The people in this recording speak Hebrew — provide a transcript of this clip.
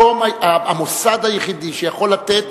המוסד היחידי שיכול לתת